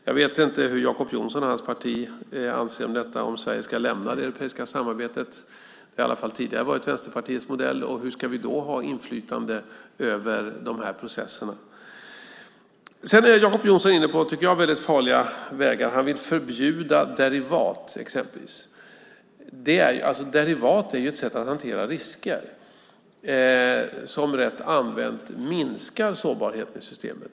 Jag vet inte vad Jacob Johnson och hans parti anser om detta, om Sverige ska lämna det europeiska samarbetet. Det har i alla fall tidigare varit Vänsterpartiets modell. Hur ska vi då ha inflytande över de här processerna? Jacob Johnson är inne på farliga vägar när han vill förbjuda derivat. Derivat är ju ett sätt att hantera risker som rätt använt minskar sårbarheten i systemet.